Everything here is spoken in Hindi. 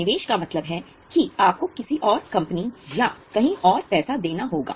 निवेश का मतलब है कि आपको किसी और कंपनी या कहीं और पैसा देना होगा